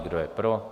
Kdo je pro?